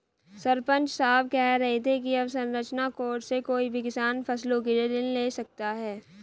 सरपंच साहब कह रहे थे कि अवसंरचना कोर्स से कोई भी किसान फसलों के लिए ऋण ले सकता है